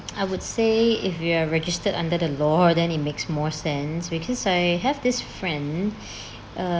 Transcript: I would say if you are registered under the law then it makes more sense because I have this friend uh